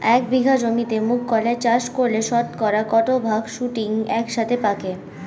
এক বিঘা জমিতে মুঘ কলাই চাষ করলে শতকরা কত ভাগ শুটিং একসাথে পাকে?